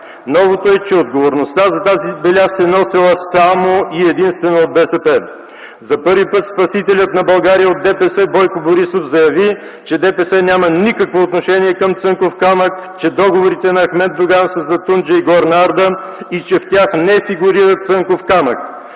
Новото е, че отговорността за тази „беля” се носела „само и единствено от БСП”. За първи път спасителят на България от ДПС Бойко Борисов заяви, че ДПС няма никакво отношение към „Цанков камък”, че договорите на Ахмед Доган са за „Тунджа” и за „Горна Арда” и че в тях не фигурира „Цанков камък”.